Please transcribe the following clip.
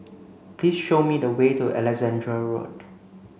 please show me the way to Alexandra Road